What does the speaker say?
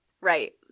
right